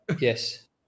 yes